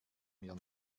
mir